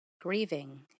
grieving